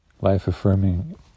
life-affirming